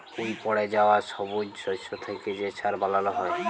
উইপড়ে যাউয়া ছবুজ শস্য থ্যাইকে যে ছার বালাল হ্যয়